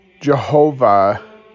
Jehovah